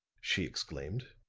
she exclaimed.